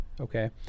okay